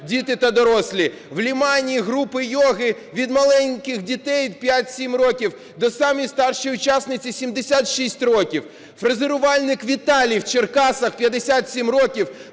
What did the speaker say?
діти та дорослі, в Лимані – групи йоги від маленьких дітей 5-7 років, де самій старшій учасниці 76 років, фрезерувальник Віталій в Черкасах 57 років